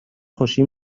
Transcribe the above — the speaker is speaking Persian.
خوشی